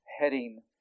heading